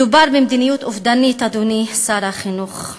מדובר במדיניות אובדנית, אדוני שר החינוך.